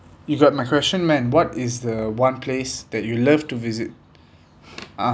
you got my question man what is the one place that you love to visit (uh huh)